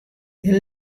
hja